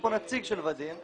נציג של ודים.